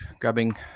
grabbing